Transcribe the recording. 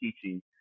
teaching